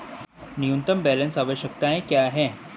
न्यूनतम बैलेंस आवश्यकताएं क्या हैं?